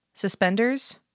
Suspenders